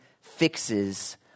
fixes